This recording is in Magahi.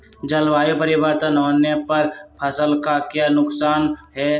जलवायु परिवर्तन होने पर फसल का क्या नुकसान है?